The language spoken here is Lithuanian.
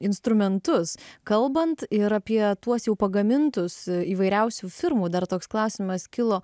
instrumentus kalbant ir apie tuos jau pagamintus įvairiausių firmų dar toks klausimas kilo